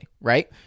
right